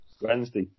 Wednesday